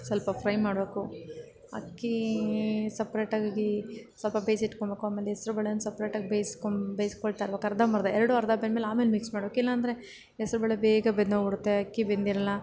ಸ್ವಲ್ಪ ಫ್ರೈ ಮಾಡಬೇಕು ಅಕ್ಕೀ ಸಪ್ರೇಟಾಗಿ ಸ್ವಲ್ಪ ಬೇಯಿಸಿಟ್ಕೊಳ್ಬೇಕು ಆಮೇಲೆ ಹೆಸ್ರುಬೇಳೆನ ಸಪ್ರೇಟಾಗಿ ಬೇಯ್ಸ್ಕೊಮ್ ಬೇಯಿಸ್ಕೊಳ್ತಾ ಇರ್ಬೇಕು ಅರ್ಧಂಬರ್ಧ ಎರಡೂ ಅರ್ಧ ಬೆಂದ್ಮೇಲೆ ಆಮೇಲೆ ಮಿಕ್ಸ್ ಮಾಡ್ಬೇಕು ಇಲ್ಲ ಅಂದರೆ ಹೆಸ್ರುಬೇಳೆ ಬೇಗ ಬೆಂದೋಗಿಬಿಡುತ್ತೆ ಅಕ್ಕಿ ಬೆಂದಿರೋಲ್ಲ